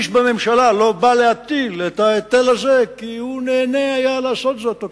איש בממשלה לא בא להטיל את ההיטל הזה כי הוא נהנה לעשות זאת,